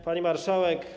Pani Marszałek!